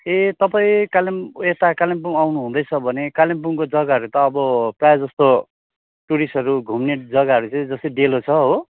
ए तपाईँ कालेम् यता कालिम्पोङ आउनु हुँदैछ भने कालिम्पोङको जग्गाहरू त अब प्राय जस्तो टुरिस्टहरू घुम्ने जग्गाहरू चाहिँ जस्तै डेलो छ हो